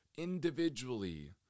individually